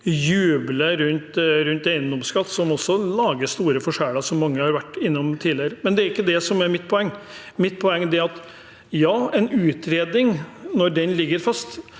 som jubler for eiendomsskatt, som også lager store forskjeller, som mange har vært innom tidligere. Men det er ikke det som er mitt poeng. Mitt poeng er at selv om det foreligger en